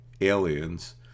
aliens